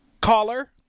caller